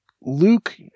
Luke